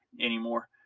anymore